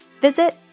Visit